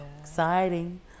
exciting